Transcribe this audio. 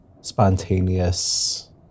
spontaneous